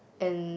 and